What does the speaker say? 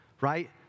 right